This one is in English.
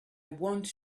want